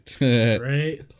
right